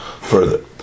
further